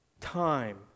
time